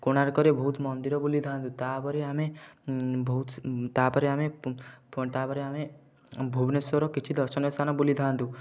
କୋଣାର୍କରେ ବହୁତ ମନ୍ଦିର ବୁଲିଥାନ୍ତୁ ତା'ପରେ ଆମେ ବହୁତ ତା'ପରେ ଆମେ ତା'ପରେ ଆମେ ଭୁବେନେଶ୍ୱର କିଛି ଦର୍ଶନୀୟ ସ୍ଥାନ ବୁଲିଥାନ୍ତୁ